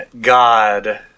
god